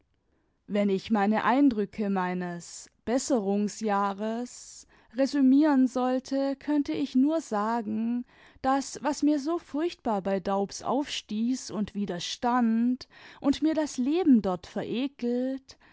wenn ich meine eindrücke meines besserung resmieren sollte könnte ich nur sagen das was mir so furchtbar bei daubs aufstieß und widerstand und mir das leben dort verekelt